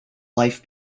life